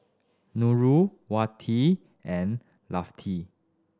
Nurul Wati and Lafti